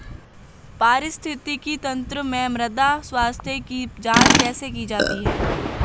पारिस्थितिकी तंत्र में मृदा स्वास्थ्य की जांच कैसे की जाती है?